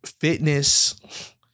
fitness